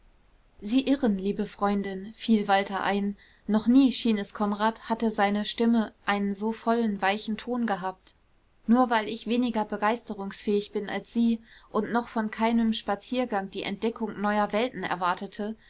sie irren liebe freundin fiel walter ein noch nie schien es konrad hatte seine stimme einen so vollen weichen ton gehabt nur weil ich weniger begeisterungsfähig bin als sie und noch von keinem spaziergang die entdeckung neuer welten erwartete